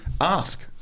ask